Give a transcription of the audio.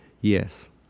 Yes